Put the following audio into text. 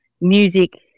music